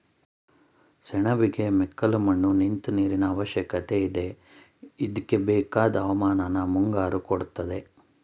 ಸೆಣಬಿಗೆ ಮೆಕ್ಕಲುಮಣ್ಣು ನಿಂತ್ ನೀರಿನಅವಶ್ಯಕತೆಯಿದೆ ಇದ್ಕೆಬೇಕಾದ್ ಹವಾಮಾನನ ಮುಂಗಾರು ಕೊಡ್ತದೆ